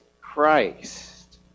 Christ